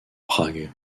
prague